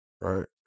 Right